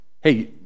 Hey